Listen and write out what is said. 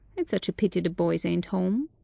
it's such a pity the boys ain't home.